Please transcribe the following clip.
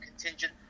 contingent